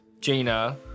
Gina